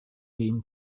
been